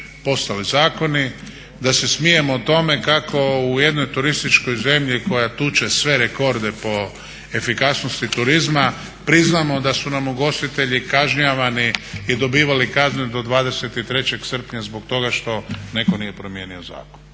postale zakoni, da se smijemo tome kako u jednoj turističkoj zemlji koja tuče sve rekorde po efikasnosti turizma priznamo da su nam ugostitelji kažnjavani i dobivali kazne do 23. srpnja zbog toga što netko nije promijenio zakon.